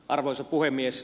arvoisa puhemies